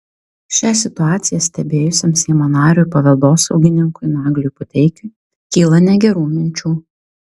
šią situaciją stebėjusiam seimo nariui paveldosaugininkui nagliui puteikiui kyla negerų minčių